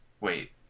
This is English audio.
Wait